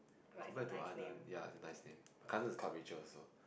compare to other ya it's a nice name my cousin is called Richard also